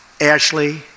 Ashley